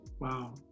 Wow